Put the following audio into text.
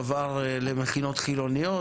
עבר למכינות חילוניות,